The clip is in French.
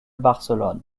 barcelone